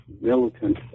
militant